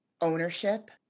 ownership